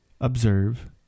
observe